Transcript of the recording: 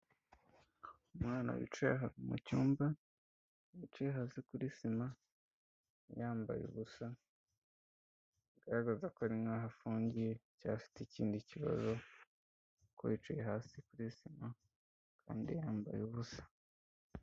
Umwana wicaye mu cyumba, wicaye hasi kuri sima, yambaye ubusa, bigaragaza ko ari nk'aho afungiye cyangwa afite ikindi kibazo, kuko yicaye hasi kuri sima, kandi yambaye ubusa.